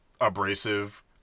abrasive